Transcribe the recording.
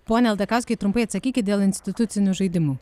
pone aldakauskai trumpai atsakykit dėl institucinių žaidimų